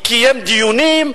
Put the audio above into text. קיים דיונים?